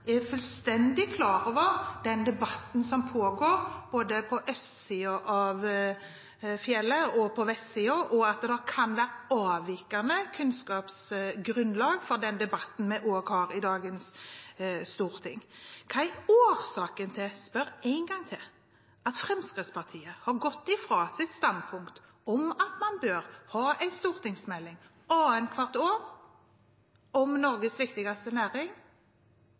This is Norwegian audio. jeg er fullstendig klar over den debatten som pågår, både på østsiden av fjellet og på vestsiden, og at det kan være avvikende kunnskapsgrunnlag for den debatten vi også har i dagens storting – hva er årsaken til at Fremskrittspartiet har gått fra sitt standpunkt om at man bør ha en stortingsmelding annethvert år om Norges viktigste næring,